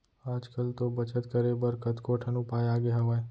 आज कल तो बचत करे बर कतको ठन उपाय आगे हावय